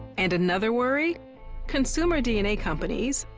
and another worry consumer dna companies,